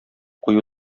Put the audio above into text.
кую